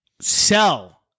sell